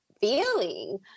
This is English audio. feeling